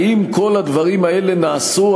האם כל הדברים האלה נעשו,